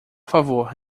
favor